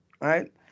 right